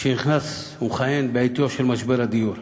שנכנס ומכהן בעתו של משבר הדיור.